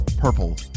purple